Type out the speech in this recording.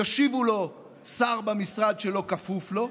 יושיבו לו שר במשרד שלא יהיה כפוף לו,